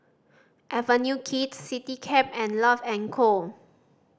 Avenue Kids Citycab and Love and Co